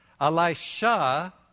Elisha